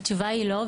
התשובה היא לא.